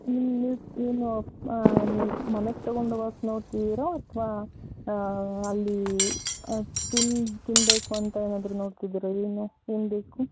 ನೀವು ಏನು ನೀವು ಮನೆಗೆ ತೊಗೊಂಡು ಹೋಗೋಕ್ಕೆ ನೋಡ್ತಿದ್ದೀರೋ ಅಥವಾ ಅಲ್ಲಿ ತಿನ್ ತಿನ್ನಬೇಕು ಅಂತೇನಾದರೂ ನೋಡ್ತಿದ್ದೀರೋ ಏನು ಏನು ಬೇಕು